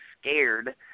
scared